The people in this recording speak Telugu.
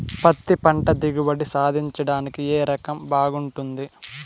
పత్తి పంట దిగుబడి సాధించడానికి ఏ రకం బాగుంటుంది?